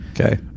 Okay